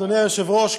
אדוני היושב-ראש,